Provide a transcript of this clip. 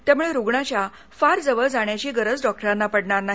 त्यामुळे रुग्णाच्या फार जवळ जाण्याची गरज डॉक्तोना पडणार नाही